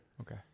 Okay